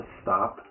stop